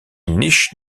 niche